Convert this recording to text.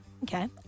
Okay